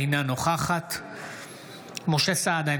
אינה נוכחת משה סעדה,